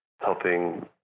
helping